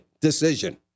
decision